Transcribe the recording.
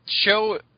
show